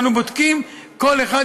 ואנחנו בודקים כל אחד,